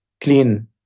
clean